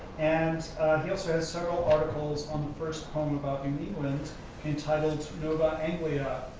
and he also has several articles on the first poem about new england entitled nova anglia,